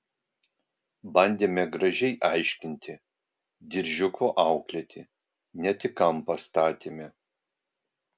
bandėme gražiai aiškinti diržiuku auklėti net į kampą statėme